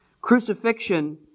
Crucifixion